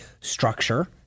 structure